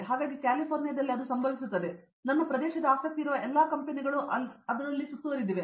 ಹಾಗಾಗಿ ಕ್ಯಾಲಿಫೋರ್ನಿಯಾದಲ್ಲೇ ಅದು ಸಂಭವಿಸುತ್ತದೆ ನನ್ನ ಪ್ರದೇಶದ ಆಸಕ್ತಿ ಇರುವ ಎಲ್ಲಾ ಕಂಪನಿಗಳು ಅದನ್ನು ಸುತ್ತುವರಿದಿವೆ